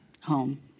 Home